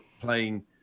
playing